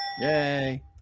Yay